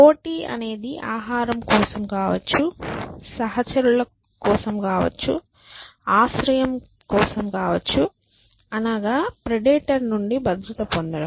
పోటీ అనేది ఆహారం కోసం కావచ్చు సహచరులకు కావచ్చు ఆశ్రయం కోసం కావచ్చు అనగా ప్రెడేటర్ నుండి భద్రత పొందడం